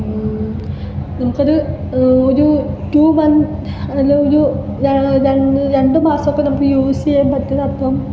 എനിക്കത് ഒര് two month ഒരു ര രണ്ടു മാസമൊക്കെ നമുക്ക് യൂസ് ചെയ്യാന് പറ്റുന്ന അത്രോം